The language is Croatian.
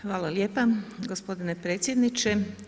Hvala lijepa gospodine predsjedniče.